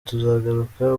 tuzagaruka